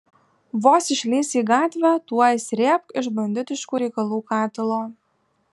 vos išlįsi į gatvę tuoj srėbk iš banditiškų reikalų katilo